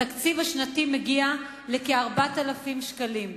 התקציב השנתי מגיע לכ-4,000 שקלים.